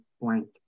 blank